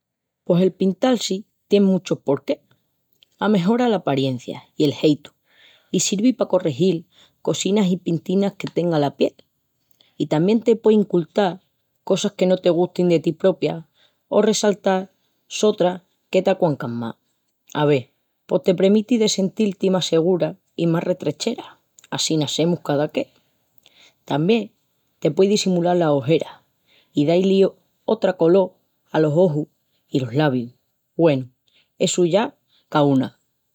Pos el pintal-si tien muchus porqués. Amejora la aparencia i el jeitu i sirvi pa corregil cosinas i pintinas que tenga la piel. I tamién te puei incultal cosas que no te gustin de ti propia o resaltal sotras que t'aquacan más. Ave, pos te premiti de sentil-ti más segura i más retrechera, assina semus, cadacé! Tamién te puei desimulal las ojeras i da-li otra colol alos ojus i los labius. Güenu, essu ya caúna!